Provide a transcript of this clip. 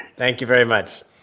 thank you very much